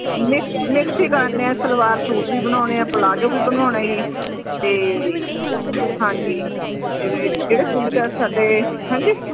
mix mix ਹੀ ਕਰਨੇ ਆ ਸਲਵਾਰ ਸੂਟ ਵੀ ਬਣਾਉਣੇ ਆ ਪਲਾਜੋ ਵੀ ਬਣਾਉਣਾ ਜੀ ਅਤੇ ਹਾਂਜੀ ਜਿਹੜੇ ਜਿਹੜੇ ਸੂਟ ਆ ਸਾਡੇ ਹਾਂਜੀ